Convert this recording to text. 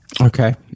Okay